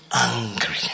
angry